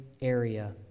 area